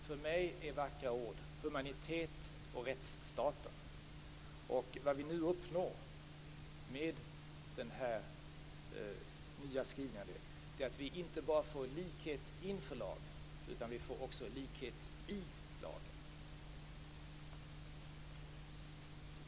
För mig är vackra ord humanitet och rättsstat. Vad vi nu uppnår är att vi inte bara får likhet inför lagen utan också likhet i lagen.